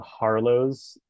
harlows